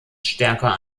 stärker